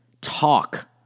Talk